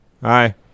Hi